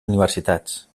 universitats